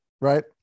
Right